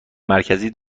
مرکزی